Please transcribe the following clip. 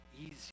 easy